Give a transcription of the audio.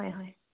হয় হয়